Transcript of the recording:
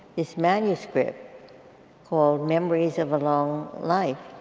this manuscript called memories of a long life.